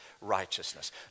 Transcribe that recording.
righteousness